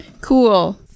Cool